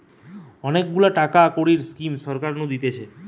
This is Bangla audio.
অনেক গুলা টাকা কড়ির স্কিম সরকার নু দিতেছে